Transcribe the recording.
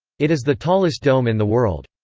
it is the tallest dome in the world.